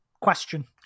question